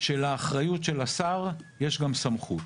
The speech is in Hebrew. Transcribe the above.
שלאחריות של השר יש גם סמכות.